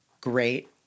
Great